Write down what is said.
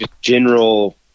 general